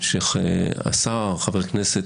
שחבר הכנסת,